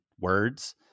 words